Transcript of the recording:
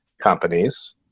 companies